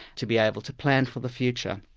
to be able to plan for the future.